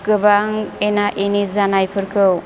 गोबां एना एनि जानायफोरखौ